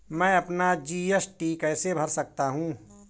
मैं अपना जी.एस.टी कैसे भर सकता हूँ?